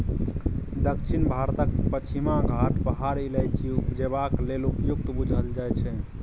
दक्षिण भारतक पछिमा घाट पहाड़ इलाइचीं उपजेबाक लेल उपयुक्त बुझल जाइ छै